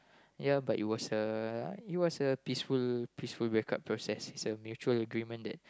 ya but it was a it was a peaceful peaceful breakup process it's a mutual agreement that